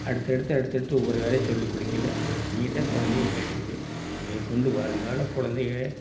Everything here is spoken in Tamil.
அடுத்தடுத்து அடுத்தடுத்து ஒவ்வொரு வேலையை சொல்லி கொடுக்கையில நீட்டாக கொழந்தையும் கேட்டுக்குது மேற்கொண்டு வருங்கால குழந்தைக